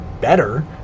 better